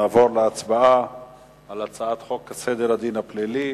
אנחנו נעבור להצבעה בקריאה ראשונה על הצעת חוק סדר הדין הפלילי